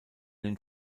den